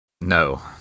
No